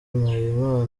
mpayimana